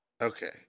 Okay